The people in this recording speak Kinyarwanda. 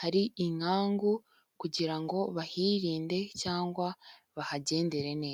hari inkangu kugira ngo bahirinde cyangwa bahagendere neza.